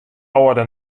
âlde